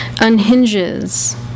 unhinges